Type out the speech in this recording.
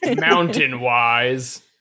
mountain-wise